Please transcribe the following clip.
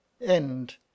End